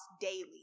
daily